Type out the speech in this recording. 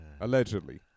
Allegedly